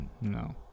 no